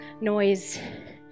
noise